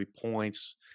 points